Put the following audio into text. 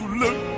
look